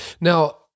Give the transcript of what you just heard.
Now